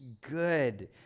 good